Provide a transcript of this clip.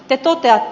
te toteatte